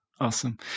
Awesome